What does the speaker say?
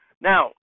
now